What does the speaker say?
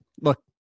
Look